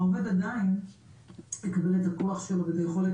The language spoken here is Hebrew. העובד עדיין יקבל את הכוח שלו ואת היכולת